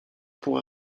pourra